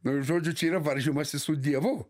nu žodžiu čia yra varžymasis su dievu